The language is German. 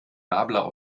nabla